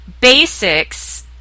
basics